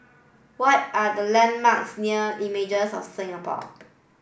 what are the landmarks near Images of Singapore